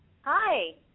Hi